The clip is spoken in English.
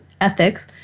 ethics